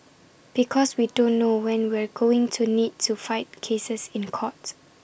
because we don't know when we're going to need to fight cases in court